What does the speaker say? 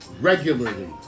regularly